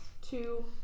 two